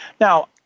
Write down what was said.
Now